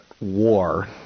war